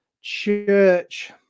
church